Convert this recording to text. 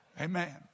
amen